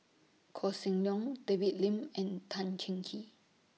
Koh Seng Leong David Lim and Tan Cheng Kee